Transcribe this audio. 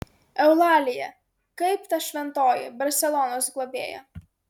eulalija kaip ta šventoji barselonos globėja